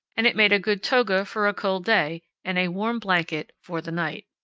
and it made a good toga for a cold day and a warm blanket for the night.